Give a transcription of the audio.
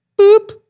Boop